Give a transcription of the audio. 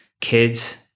kids